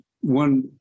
one